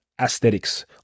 aesthetics